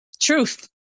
truth